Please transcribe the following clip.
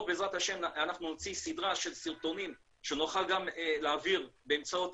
נוציא סדרת סרטונים שנוכל גם להעביר באמצעות